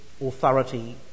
authority